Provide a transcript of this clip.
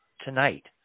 tonight